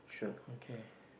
okay